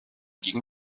gegen